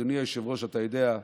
אדוני היושב-ראש, אתה יודע,